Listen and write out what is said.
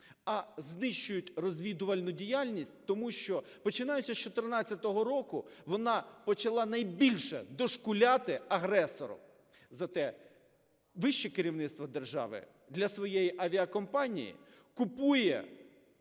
А знищують розвідувальну діяльність тому, що, починаючи з 2014 року, вона почала найбільше дошкуляти агресору. Зате вище керівництво держави для своєї авіакомпанії купує,